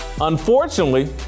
Unfortunately